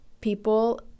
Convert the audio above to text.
people